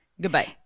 Goodbye